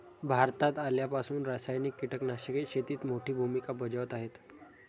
भारतात आल्यापासून रासायनिक कीटकनाशके शेतीत मोठी भूमिका बजावत आहेत